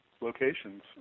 locations